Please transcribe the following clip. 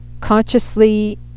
consciously